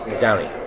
Downey